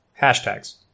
hashtags